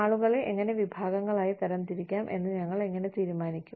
ആളുകളെ എങ്ങനെ വിഭാഗങ്ങളായി തരംതിരിക്കാം എന്ന് ഞങ്ങൾ എങ്ങനെ തീരുമാനിക്കും